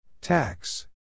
Tax